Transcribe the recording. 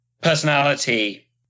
personality